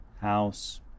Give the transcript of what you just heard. house